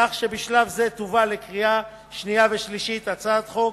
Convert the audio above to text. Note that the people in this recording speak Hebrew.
כך שבשלב זה תובא לקריאה שנייה וקריאה שלישית הצעת חוק